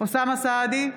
אוסאמה סעדי,